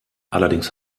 allerdings